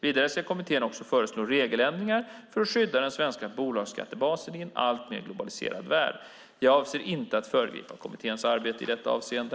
Vidare ska kommittén också föreslå regeländringar för att skydda den svenska bolagsskattebasen i en alltmer globaliserad värld. Jag avser inte att föregripa kommitténs arbete i detta avseende.